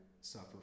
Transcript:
suffer